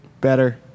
better